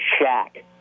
shack